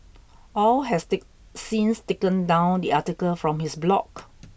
Au has the since taken down the article from his blog